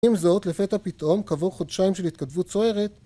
עם זאת לפתע פתאום כעבור חודשיים של התכתבות סוערת